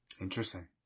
Interesting